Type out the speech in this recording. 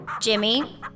Jimmy